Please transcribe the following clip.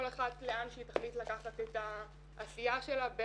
אחת לאן שהיא תחליט לקחת את העשייה שלה,